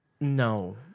No